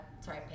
sorry